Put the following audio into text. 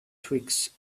twigs